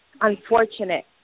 unfortunate